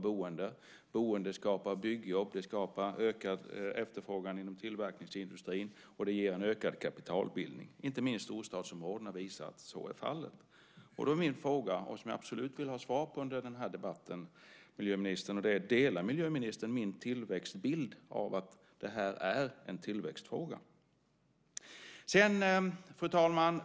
Boende skapar byggjobb, det skapar ökad efterfrågan inom tillverkningsindustrin, och det ger en ökad kapitalbildning. Inte minst storstadsområdena visar att så är fallet. Då är min fråga som jag absolut vill ha svar på under den här debatten: Delar miljöministern min bild av att det här är en tillväxtfråga? Fru talman!